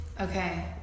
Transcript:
Okay